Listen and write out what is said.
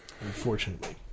unfortunately